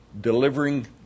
delivering